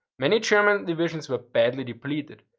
many german division were badly depleted,